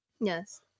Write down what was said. Yes